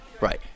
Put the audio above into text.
Right